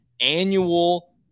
annual